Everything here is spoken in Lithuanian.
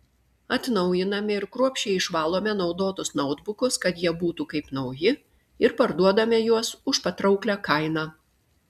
atnaujiname ir kruopščiai išvalome naudotus nautbukus kad jie būtų kaip nauji ir parduodame juos už patrauklią kainą